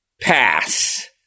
pass